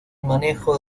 manejo